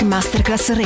Masterclass